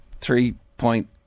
three-point